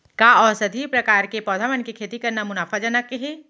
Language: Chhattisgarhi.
का औषधीय प्रकार के पौधा मन के खेती करना मुनाफाजनक हे?